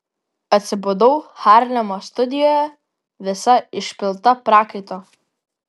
atsibudau harlemo studijoje visa išpilta prakaito